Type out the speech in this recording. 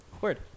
Word